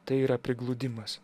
tai yra prigludimas